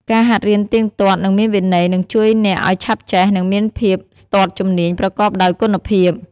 ការហាត់រៀនទៀងទាត់ និងមានវិន័យ នឹងជួយអ្នកឱ្យឆាប់ចេះ និងមានភាពស្ទាត់ជំនាញប្រកបដោយគុណភាព។